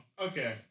Okay